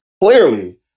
clearly